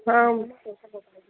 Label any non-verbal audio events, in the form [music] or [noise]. हा न न [unintelligible]